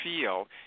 feel